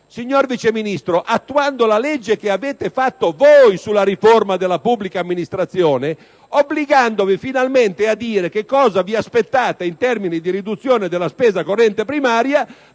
signor Vice Ministro, la vostra legge sulla riforma della pubblica amministrazione, obbligandovi finalmente a dire che cosa vi aspettate in termini di riduzione della spesa corrente primaria